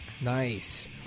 Nice